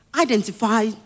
identify